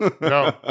no